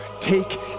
take